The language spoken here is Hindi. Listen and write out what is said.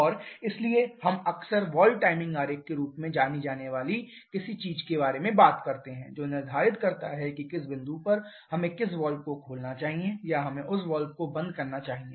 और इसलिए हम अक्सर वाल्व टाइमिंग आरेख के रूप में जानी जाने वाली किसी चीज के बारे में बात करते हैं जो निर्धारित करता है कि किस बिंदु पर हमें किस वाल्व को खोलना चाहिए या हमें उस वाल्व को बंद करना चाहिए